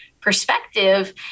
perspective